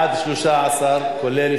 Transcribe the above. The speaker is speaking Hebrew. המאפשר מחד